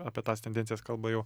apie tas tendencijas kalba jau